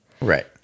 right